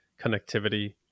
connectivity